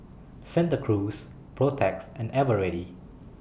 Santa Cruz Protex and Eveready